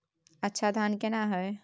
अच्छा धान केना हैय?